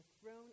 throne